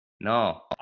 No